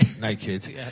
naked